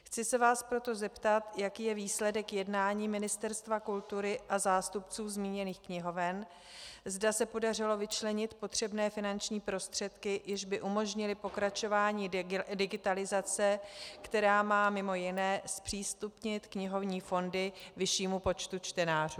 Chci se vás proto zeptat, jaký je výsledek jednání Ministerstva kultury a zástupců zmíněných knihoven, zda se podařilo vyčlenit potřebné finanční prostředky, jež by umožnily pokračování digitalizace, která má mimo jiné zpřístupnit knihovní fondy vyššímu počtu čtenářů.